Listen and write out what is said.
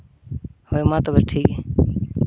ᱦᱳᱭ ᱢᱟ ᱛᱚᱵᱮ ᱴᱷᱤᱠ ᱜᱮᱭᱟ